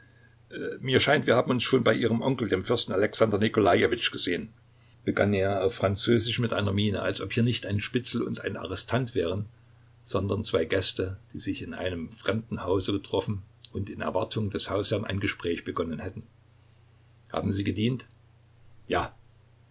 mir scheint wir haben uns schon bei ihrem onkel dem fürsten alexander nikolajewitsch gesehen begann er auf französisch mit einer miene als ob hier nicht ein spitzel und ein arrestant wären sondern zwei gäste die sich in einem fremden hause getroffen und in erwartung des hausherrn ein gespräch begonnen hätten haben sie gedient ja